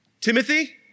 Timothy